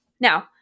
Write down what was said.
Now